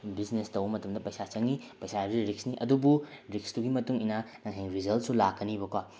business ꯇꯧꯕ ꯃꯇꯝꯗ ꯄꯩꯁꯥ ꯆꯪꯏ ꯄꯩꯁꯥ ꯍꯥꯏꯕꯁꯤ ꯔꯤꯛꯁꯅꯤ ꯑꯗꯨꯕꯨ ꯔꯤꯛꯁꯇꯨꯒꯤ ꯃꯇꯨꯡ ꯏꯟꯅ ꯅꯪ ꯍꯌꯦꯡ ꯔꯤꯖꯜꯁꯨ ꯂꯥꯛꯀꯅꯤꯕꯀꯣ